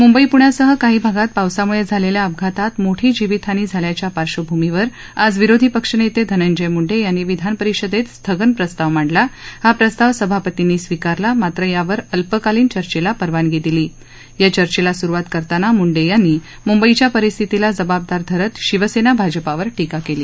मुंबई प्ण्यासह काही भागात पावसामुळे झालेल्या अपघातात मोठी जीवितहानी झाल्याच्या पार्श्वभूमीवर आज विरोधी पक्षनेते धनंजय मुंडे यांनी विधान परिषदेत स्थगन प्रस्ताव मांडला हा प्रस्ताव सभापतींनी स्वीकारला मात्र यावर अल्पकालीन चर्चेला परवानगी त्यांनी दिली या चर्चेला सुरवात करताना मुंडे यांनी मुंबईच्या परिस्थितीला जबाबदार धरत शिवसेना भाजपावर टीका केली